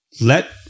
let